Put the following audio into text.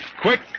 Quick